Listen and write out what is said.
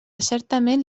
certament